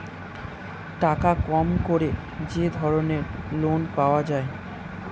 টাকা কম করে যে ধরনের লোন পাওয়া যায়